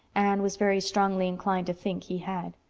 anne was very strongly inclined to think he had.